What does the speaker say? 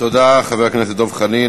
תודה, חבר הכנסת דב חנין.